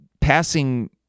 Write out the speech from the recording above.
passing